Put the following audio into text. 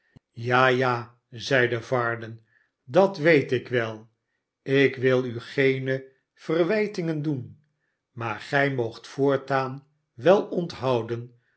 sja ja zeide varden a dat weet ik wel ik wil u geene verwijtingen doen maar gij moogt voortaan wel onthouden